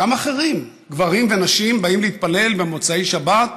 גם אחרים, גברים ונשים, באים להתפלל במוצאי שבת.